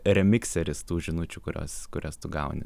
remikseris tų žinučių kurios kurias tu gauni